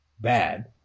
bad